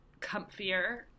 comfier